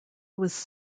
was